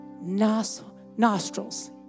nostrils